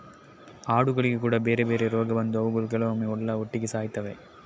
ಆಡುಗಳಿಗೆ ಕೂಡಾ ಬೇರೆ ಬೇರೆ ರೋಗ ಬಂದು ಅವುಗಳು ಕೆಲವೊಮ್ಮೆ ಎಲ್ಲಾ ಒಟ್ಟಿಗೆ ಸಾಯ್ತವೆ